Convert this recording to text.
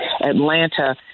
Atlanta